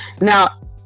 now